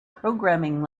programming